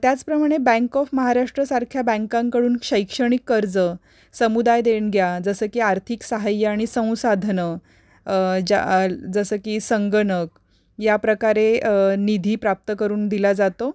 त्याचप्रमाणे bank of महाराष्ट्रसारख्या बँकांकडून शैक्षणिक कर्ज समुदाय देणग्या जसं की आर्थिक सहाय्य आणि संसाधनं ज्या जसं की संगणक या प्रकारे निधी प्राप्त करून दिला जातो